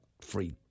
free